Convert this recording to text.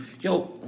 Yo